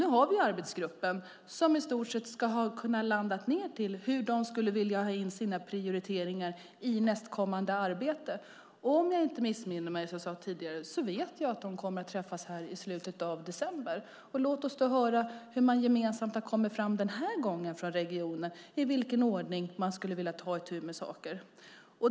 Nu har vi arbetsgruppen som i stort sett ska ha landat på hur de vill göra sina prioriteringar under nästkommande arbete. Om jag inte missminner mig, som jag sade tidigare, kommer de att träffas i slutet av december. Låt oss därför höra vad regionen denna gång gemensamt kommit fram till beträffande ordningen för hur de vill ta itu med detta.